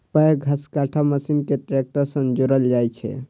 पैघ घसकट्टा मशीन कें ट्रैक्टर सं जोड़ल जाइ छै